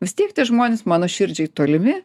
vis tiek tie žmuonės mano širdžiai tolimi